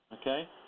Okay